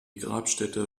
grabstätte